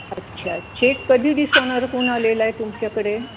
अच्छा चेक कधी डिसओनर होऊन आलेला आहे तुमच्याकडे